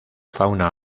fauna